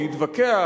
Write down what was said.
להתווכח,